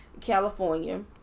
California